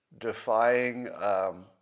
defying